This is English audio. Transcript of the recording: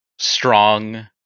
Strong